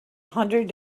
hundred